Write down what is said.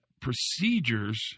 procedures